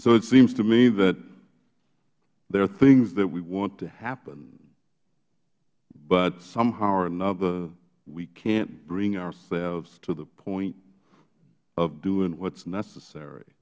so it seems to me that there are things that we want to happen but somehow or another we can't bring ourselves to the point of doing what is necessary